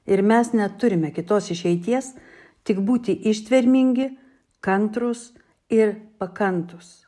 ir mes neturime kitos išeities tik būti ištvermingi kantrūs ir pakantūs